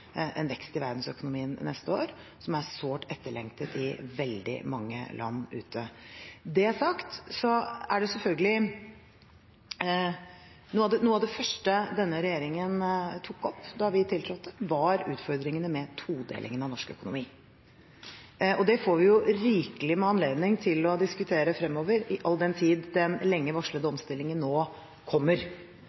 en vekst i verdensøkonomien neste år, som er sårt etterlengtet i veldig mange land. Når det er sagt: Noe av det første denne regjeringen tok opp da den tiltrådte, var utfordringene med todelingen av norsk økonomi. Det får vi rikelig anledning til å diskutere fremover, all den tid den lenge varslede omstillingen nå kommer.